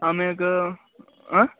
ಆಮ್ಯಾಗ ಹಾಂ